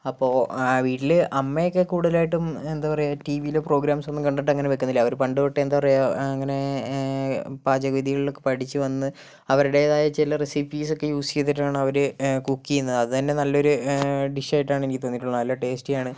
അപ്പോൾ വീട്ടില് അമ്മയൊക്കെ കൂടുതലായിട്ടും എന്താ പറയുക ടിവിയില് പ്രോഗ്രാംസൊന്നും കണ്ടിട്ട് അങ്ങനെ വെക്കുന്നില്ല അവര് പണ്ട് തൊട്ട് എന്താ പറയുക അങ്ങനെ പാചക വിദ്യകളിലൊക്കെ പഠിച്ചു വന്ന് അവരുടേതായ ചില റെസിപ്പിസൊക്കെ യൂസ് ചെയ്തിട്ടാണ് അവര് കുക്ക് ചെയ്യുന്നത് അത് തന്നെ നല്ലൊരു ഡിഷ് ആയിട്ടാണ് എനിക്ക് തോന്നിയിട്ടുള്ളത് നല്ല ടേസ്റ്റി ആണ്